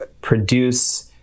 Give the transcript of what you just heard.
produce